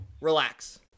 relax